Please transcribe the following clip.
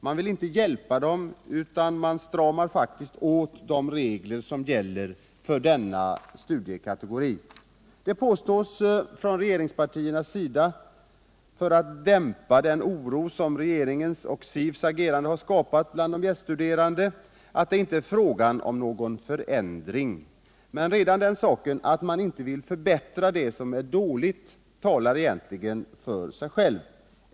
Man vill inte hjälpa dem utan stramar faktiskt åt de regler som gäller denna studerandekategori. Det påstås från regeringspartiernas sida — för att dämpa den oro som regeringens och statens invandrarverks agerande har skapat bland de gäststuderande — att det inte är fråga om någon förändring. Men redan det att man inte vill förbättra det som är dåligt talar för sig självt.